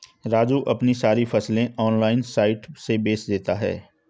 राजू अपनी सारी फसलें ऑनलाइन साइट से बेंच देता हैं